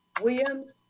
Williams